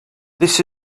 this